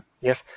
Yes